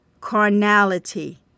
carnality